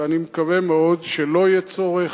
ואני מקווה מאוד שלא יהיה צורך,